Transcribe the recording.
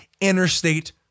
interstate